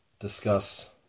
discuss